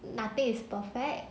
nothing is perfect